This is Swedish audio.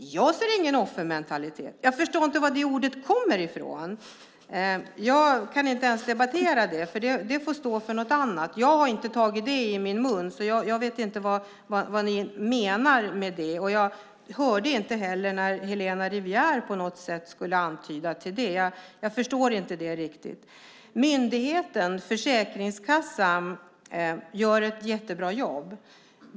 Jag ser ingen offermentalitet; jag förstår inte var det ordet kommer ifrån. Jag kan inte ens debattera det. Det får stå för något annat. Jag har inte tagit det ordet i min mun, så jag vet inte vad ni menar med det. Inte heller hörde jag att Helena Rivière på något sätt skulle ha antytt det. Jag förstår inte det här riktigt. Myndigheten, Försäkringskassan, gör ett jättebra jobb.